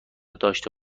داشته